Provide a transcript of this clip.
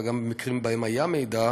וגם במקרים שבהם היה מידע,